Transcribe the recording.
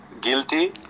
Guilty